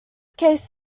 case